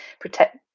protect